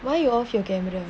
why you off your camera